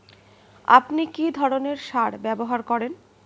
আপনি কী ধরনের সার ব্যবহার করেন?